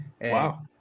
Wow